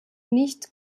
nicht